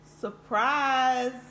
Surprise